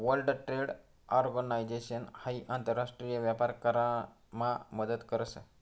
world trade organisation हाई आंतर राष्ट्रीय व्यापार करामा मदत करस